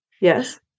Yes